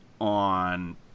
On